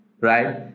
right